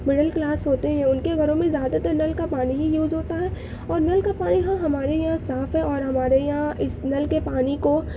middle class ہوتے ہیں ان کے گھروں میں زیادہ تر نل کا پانی ہی یوز ہوتا ہے اور نل کا پانی ہاں ہمارے یہاں صاف ہے اور ہمارے یہاں اس نل کے پانی کو